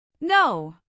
No